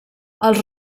els